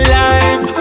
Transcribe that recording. life